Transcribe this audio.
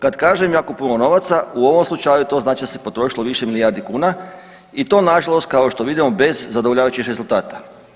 Kad kažem jako puno novaca u ovom slučaju to znači da se potrošilo više milijardi kuna i to nažalost kao što vidimo bez zadovoljavajućih rezultata.